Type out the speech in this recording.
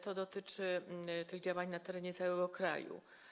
To dotyczy działań na terenie całego kraju.